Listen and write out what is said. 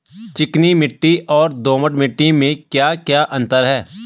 चिकनी मिट्टी और दोमट मिट्टी में क्या क्या अंतर है?